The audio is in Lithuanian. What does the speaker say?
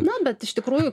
na bet iš tikrųjų